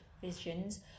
visions